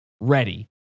ready